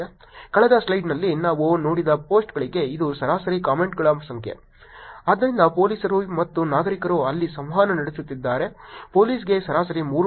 ಕಳೆದ ಸ್ಲೈಡ್ನಲ್ಲಿ ನಾವು ನೋಡಿದ ಪೋಸ್ಟ್ಗಳಿಗೆ ಇದು ಸರಾಸರಿ ಕಾಮೆಂಟ್ಗಳ ಸಂಖ್ಯೆ ಅಂದರೆ ಪೊಲೀಸರು ಮತ್ತು ನಾಗರಿಕರು ಅಲ್ಲಿ ಸಂವಹನ ನಡೆಸುತ್ತಿದ್ದರೆ ಪೋಸ್ಟ್ಗೆ ಸರಾಸರಿ 3